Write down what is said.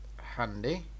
Handy